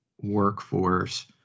workforce